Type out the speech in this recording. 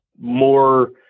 more